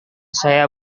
saya